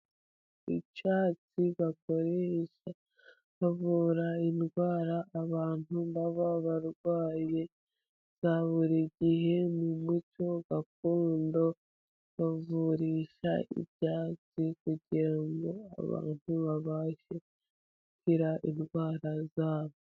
Icyatsi bakoresha bavura indwara abantu baba barwaye. Buri gihe mu mucyo gakondo bavurisha ibyatsi kugirango abantu babashe gukira indwara zabo.